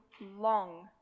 long